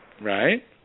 Right